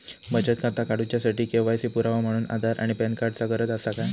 बचत खाता काडुच्या साठी के.वाय.सी पुरावो म्हणून आधार आणि पॅन कार्ड चा गरज आसा काय?